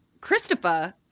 Christopher